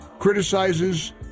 criticizes